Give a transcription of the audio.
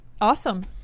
Awesome